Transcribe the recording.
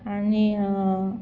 आनी